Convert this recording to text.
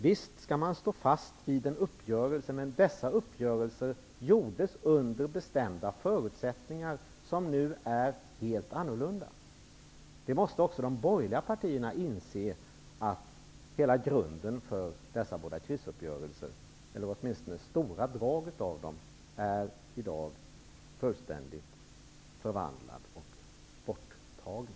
Visst skall man stå fast vid en uppgörelse, men dessa uppgörelser gjordes under bestämda förutsättningar, som nu är helt annorlunda. Det måste också de borgerliga partierna inse; att en stor del av grunden för dessa båda krisuppgörelser i dag är fullständigt förvandlad och borttagen.